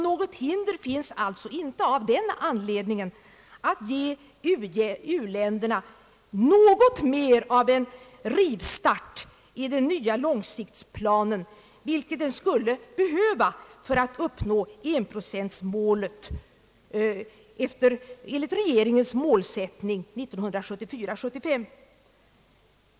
Något hinder finns alltså inte av den anledningen att ge u-hjälpen mer av en rivstart i den nya långsiktsplanen, vilket den skulle behöva för att uppnå 1-procentmålet enligt regeringens målsättning, nämligen 1974/75.